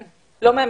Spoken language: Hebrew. המדינה.